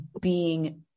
being-